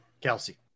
Kelsey